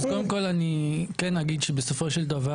קודם כל אני כן אגיד שבסופו של דבר